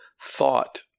thought